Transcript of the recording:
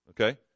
okay